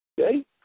Okay